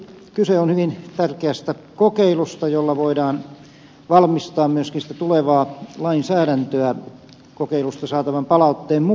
kyse on hyvin tärkeästä kokeilusta jolla voidaan valmistaa myöskin sitten tulevaa lainsäädäntöä kokeilusta saatavan palautteen mukaan